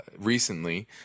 recently